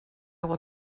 will